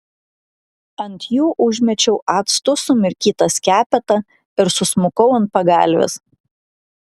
ant jų užmečiau actu sumirkytą skepetą ir susmukau ant pagalvės